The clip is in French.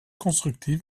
constructif